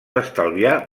estalviar